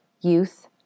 youth